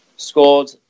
Scored